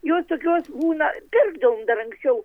jos tokios būna pirkdavom dar anksčiau